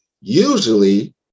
Usually